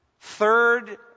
Third